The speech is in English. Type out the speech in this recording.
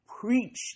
preached